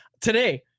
today